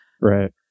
Right